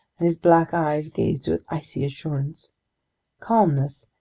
and his black eyes gazed with icy assurance calmness,